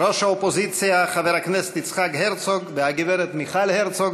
ראש האופוזיציה חבר הכנסת יצחק הרצוג והגברת מיכל הרצוג,